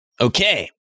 okay